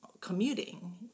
commuting